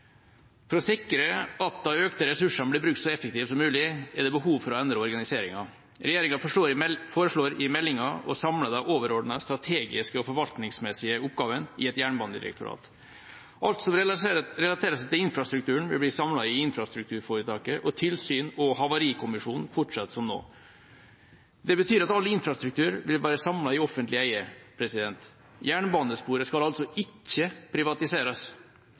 For å sikre at de økte ressursene blir brukt så effektivt som mulig, er det behov for å endre organiseringa. Regjeringa foreslår i meldinga å samle de overordnede strategiske og forvaltningsmessige oppgavene i et jernbanedirektorat. Alt som relaterer seg til infrastrukturen, vil bli samlet i infrastrukturforetaket, og tilsyn og Havarikommisjonen fortsetter som nå. Det betyr at all infrastruktur vil være samlet i offentlig eie. Jernbanesporet skal altså ikke privatiseres.